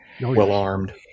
well-armed